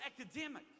academic